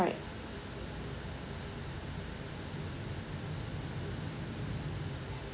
wait